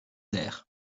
der